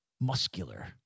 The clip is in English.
Muscular